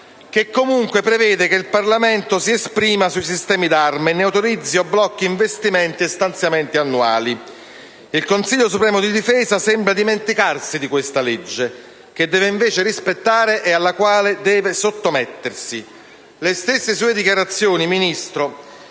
che comunque prevede che il Parlamento si esprima sui sistemi d'arma e ne autorizzi o blocchi investimenti e stanziamenti annuali. Il Consiglio supremo di difesa sembra dimenticarsi di questa legge, che deve invece rispettare e alla quale deve sottomettersi. Le stesse sue dichiarazioni, signor